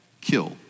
kill